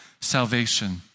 salvation